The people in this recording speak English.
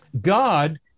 God